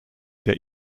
der